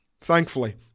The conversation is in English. Thankfully